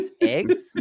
eggs